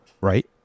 right